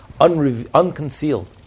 unconcealed